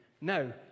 No